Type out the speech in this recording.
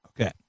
Okay